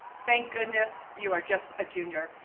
thank goodness you are just a junior.